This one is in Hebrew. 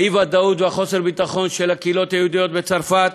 האי-ודאות וחוסר הביטחון של הקהילות היהודיות בצרפת